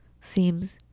seems